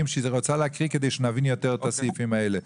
שהיא רוצה להקריא כדי שנבין יותר את הסעיפים האלה.